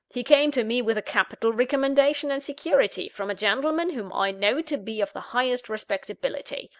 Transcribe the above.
he came to me with a capital recommendation and security, from a gentleman whom i knew to be of the highest respectability.